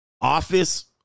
Office